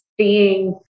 seeing